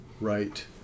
Right